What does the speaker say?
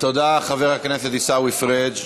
תודה, חבר הכנסת עיסאווי פריג'.